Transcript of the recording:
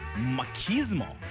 Machismo